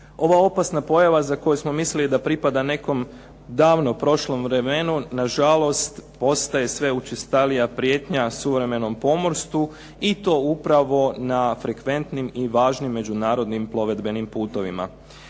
Ova opasna pojava za koju smo mislili da pripada nekom davno prošlom vremenu, na žalost postaje sve učestalija prijetnja suvremenom pomorstvu i to upravo na frekventnim i važnim međunarodnim plovedbenim putovima.